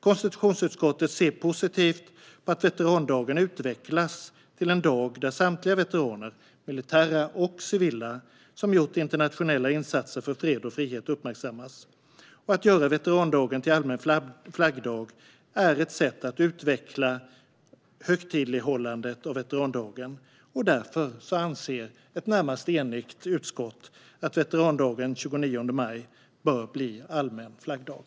Konstitutionsutskottet ser positivt på att veterandagen utvecklas till en dag när samtliga veteraner, militära och civila, som gjort internationella insatser för fred och frihet uppmärksammas. Att göra veterandagen till allmän flaggdag är ett sätt att utveckla högtidlighållandet av veterandagen, och därför anser ett närmast enigt utskott att veterandagen den 29 maj bör bli allmän flaggdag.